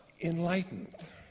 enlightened